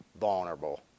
vulnerable